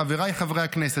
חבריי חברי הכנסת,